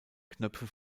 knöpfe